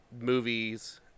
movies